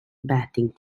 batting